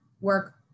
work